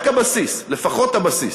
רק הבסיס, לפחות הבסיס.